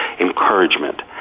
encouragement